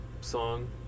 song